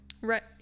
right